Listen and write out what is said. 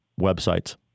websites